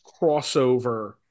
crossover